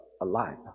alive